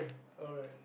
alright